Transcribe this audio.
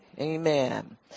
Amen